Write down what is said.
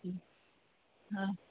हा